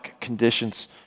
conditions